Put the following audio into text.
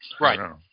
Right